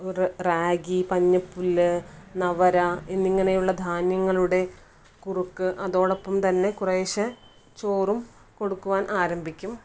ഒരു റാഗി പന്നപുല്ല് നവര എന്നിങ്ങനെയുള്ള ധാന്യങ്ങളുടെ കുറുക്ക് അതോടൊപ്പം തന്നെ കുറേശേ ചോറും കൊടുക്കുവാൻ ആരംഭിക്കും